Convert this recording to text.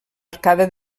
arcada